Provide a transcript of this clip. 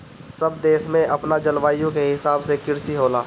सब देश में अपना जलवायु के हिसाब से कृषि होला